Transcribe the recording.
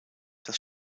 das